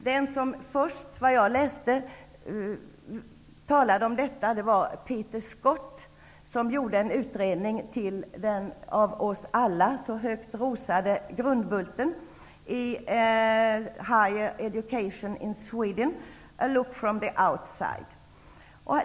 Den som först, såvitt jag vet, talade om detta var Peter Scott, som gjorde en utredning till den av oss alla så högt rosade grundbulten i High Education in Sweden, A look from the outside.